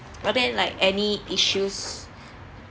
but then like any issues